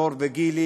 דור וגילי,